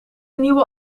nieuwe